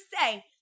say